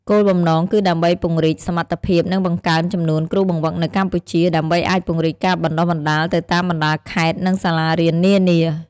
គោលបំណងគឺដើម្បីពង្រីកសមត្ថភាព និងបង្កើនចំនួនគ្រូបង្វឹកនៅកម្ពុជា ដើម្បីអាចពង្រីកការបណ្ដុះបណ្ដាលទៅតាមបណ្ដាខេត្ត និងសាលារៀននានា។